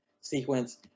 sequence